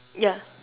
ya